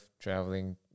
traveling